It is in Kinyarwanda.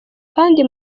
kandi